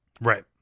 Right